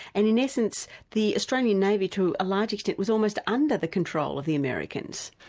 and in essence the australian navy to a large extent was almost under the control of the americans.